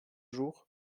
jour